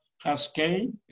cascade